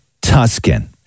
Tuscan